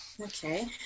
Okay